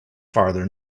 farther